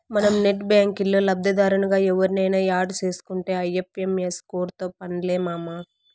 మనం నెట్ బ్యాంకిల్లో లబ్దిదారునిగా ఎవుర్నయిన యాడ్ సేసుకుంటే ఐ.ఎఫ్.ఎం.ఎస్ కోడ్తో పన్లే మామా